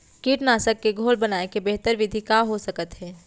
कीटनाशक के घोल बनाए के बेहतर विधि का हो सकत हे?